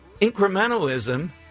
incrementalism